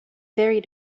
very